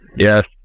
Yes